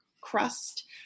crust